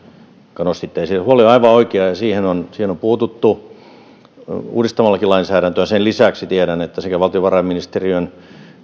jonka nostitte esiin on aivan oikea ja siihen on puututtukin uudistamalla lainsäädäntöä sen lisäksi tiedän että sekä valtiovarainministeriön